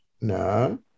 No